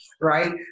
right